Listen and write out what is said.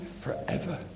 forever